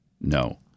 No